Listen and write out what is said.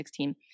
2016